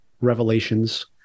revelations